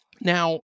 Now